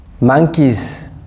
monkeys